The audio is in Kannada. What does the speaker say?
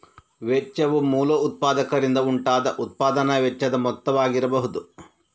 ವೆಚ್ಚವು ಮೂಲ ಉತ್ಪಾದಕರಿಂದ ಉಂಟಾದ ಉತ್ಪಾದನಾ ವೆಚ್ಚದ ಮೊತ್ತವಾಗಿರಬಹುದು